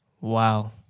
Wow